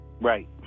right